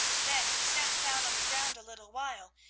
then he sat down on the ground a little while,